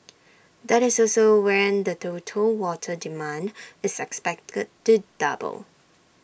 that is also when the total water demand is expected to double